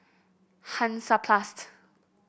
Hansaplast